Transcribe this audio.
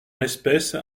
l’espèce